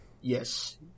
yes